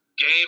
game